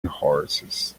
horses